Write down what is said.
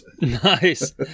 Nice